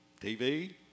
TV